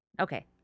Okay